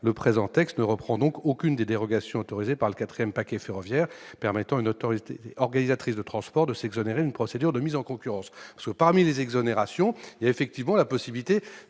Le présent texte ne reprend donc aucune des dérogations autorisées par le quatrième paquet ferroviaire et permettant à une autorité organisatrice de transport de s'exonérer d'une procédure de mise en concurrence. » Le principe est, pour nous, l'ouverture à la concurrence.